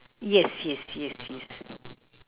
yes yes yes yes